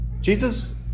Jesus